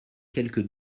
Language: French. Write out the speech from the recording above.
quelques